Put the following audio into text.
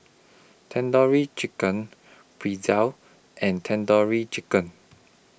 Tandoori Chicken Pretzel and Tandoori Chicken